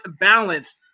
balance